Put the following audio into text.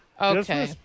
Okay